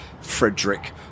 Frederick